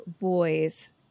boys